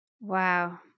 Wow